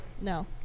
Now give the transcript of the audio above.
No